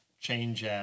change